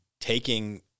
taking